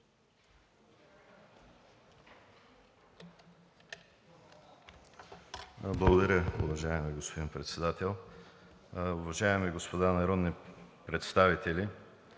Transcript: Благодаря, уважаеми господин Председател. Уважаеми господа народни представители!